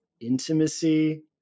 intimacy